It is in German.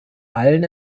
allen